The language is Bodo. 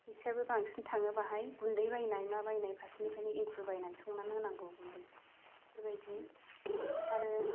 फैसायाबो बांसिन थाङो बाहाय गुन्दै बायनाय मा बायनाय फारसेनिफ्रायनो एंखुर बायनानै संनानै होनांगौ गुन्दैखौ बेफोरबायदि आरो